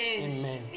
Amen